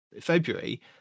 February